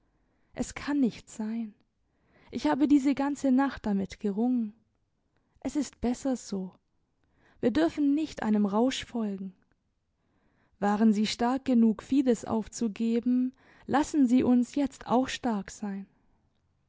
es kann nicht sein ich habe diese ganze nacht damit gerungen es ist besser so wir dürfen nicht einem rausch folgen waren sie stark genug fides aufzugeben lassen sie uns jetzt auch stark sein